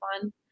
fun